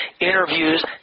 interviews